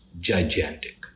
gigantic